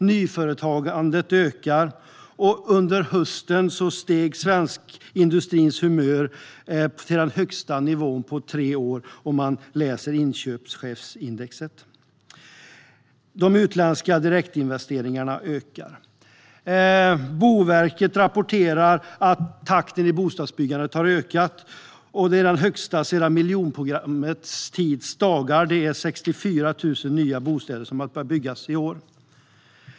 Nyföretagandet ökar, och under hösten steg den svenska industrins humör till den högsta nivån på tre år, enligt inköpschefsindex. De utländska direktinvesteringarna ökar. Boverket rapporterar nu att takten i bostadsbyggandet har ökat och är den högsta sedan miljonprogrammets dagar. 64 000 nya bostäder har börjat byggas i år.